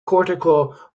cortical